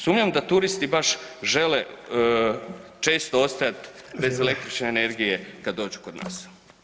Sumnjam da turisti baš žele često ostajati [[Upadica: Vrijeme.]] bez električne energije kad dođu kod nas.